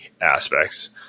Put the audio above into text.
aspects